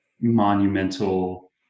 monumental